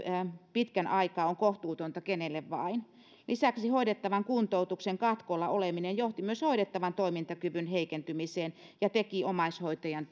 pitkän aikaa on kohtuutonta kenelle vain lisäksi hoidettavan kuntoutuksen katkolla oleminen johti myös hoidettavan toimintakyvyn heikentymiseen ja teki omaishoitajan